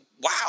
wow